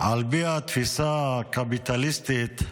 על פי התפיסה הקפיטליסטית,